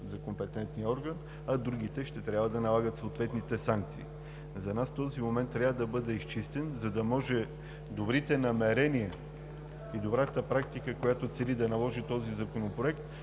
за компетентния орган, а другите ще трябва да налагат съответните санкции. За нас този момент трябва да бъде изчистен, за да може добрите намерения и добрата практика, която цели да наложи този законопроект,